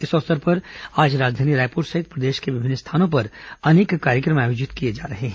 इस अवसर पर आज राजधानी रायपुर सहित प्रदेश के विभिन्न स्थानों पर अनेक कार्यक्रम आयोजित किए जा रहे हैं